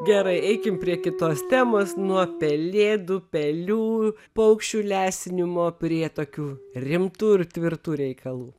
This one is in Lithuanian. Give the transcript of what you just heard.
gerai eikim prie kitos temos nuo pelėdų pelių paukščių lesinimo prie tokių rimtų ir tvirtų reikalų